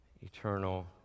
Eternal